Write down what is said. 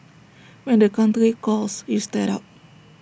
when the country calls you step up